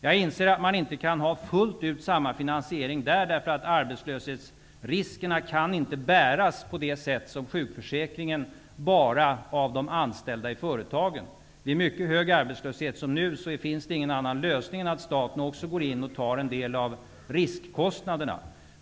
Jag inser att man inte kan ha fullt ut samma finansiering där, därför att arbetslöshetsriskerna inte på det sätt som sjukförsäkringen kan bäras enbart av de anställda i företagen. Vid mycket hög arbetslöshet, som nu, finns det ingen annan lösning än att staten också går in och tar en del av riskkostnaderna.